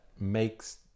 makes